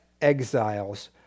exiles